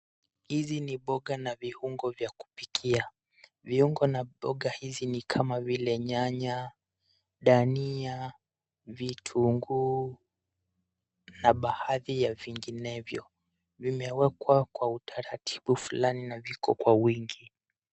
Hizi ni mboga na viungo vya kupikia. Viungo na mboga hizi ni kama vile nyanya, dania, vitunguu na baadhi ya vinginevyo. Vimewekwa kwa utaratibu fulani na viko kwa wingi.